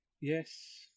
Yes